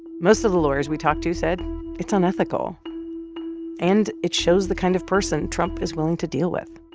most of the lawyers we talked to said it's unethical and it shows the kind of person trump is willing to deal with